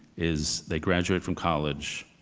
is they graduate from college,